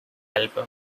album